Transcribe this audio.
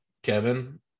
Kevin